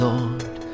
Lord